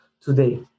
today